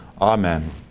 Amen